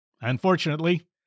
Unfortunately